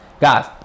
guys